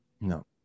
no